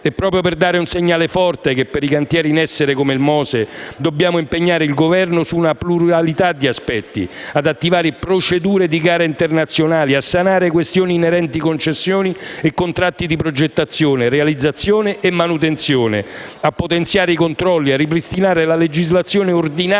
È proprio per dare un segnale forte che, per i cantieri in essere come il MOSE, dobbiamo impegnare il Governo su una pluralità di aspetti: ad attivare procedure di gara internazionali; a sanare questioni inerenti concessioni e contratti di progettazione, realizzazione e manutenzione; a potenziare i controlli; a ripristinare la legislazione ordinaria